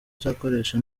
nzakoresha